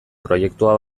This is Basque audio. proiektua